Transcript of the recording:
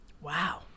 Wow